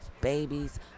babies